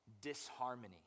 disharmony